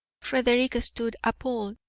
frederick stood appalled.